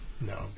No